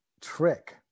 trick